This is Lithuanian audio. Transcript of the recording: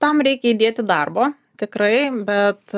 tam reikia įdėti darbo tikrai bet